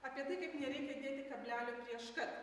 apie tai kaip nereikia dėti kablelį prieš kad